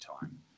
time